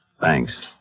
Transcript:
Thanks